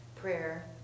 prayer